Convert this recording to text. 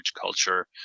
culture